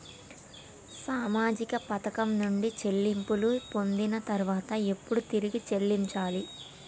సామాజిక పథకం నుండి చెల్లింపులు పొందిన తర్వాత ఎప్పుడు తిరిగి చెల్లించాలి?